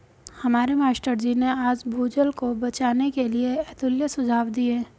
हमारे मास्टर जी ने आज भूजल को बचाने के लिए अतुल्य सुझाव दिए